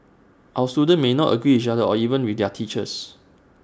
our students may not agree with each other or even with their teachers